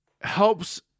helps